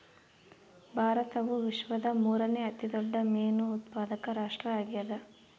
ಭಾರತವು ವಿಶ್ವದ ಮೂರನೇ ಅತಿ ದೊಡ್ಡ ಮೇನು ಉತ್ಪಾದಕ ರಾಷ್ಟ್ರ ಆಗ್ಯದ